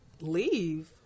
leave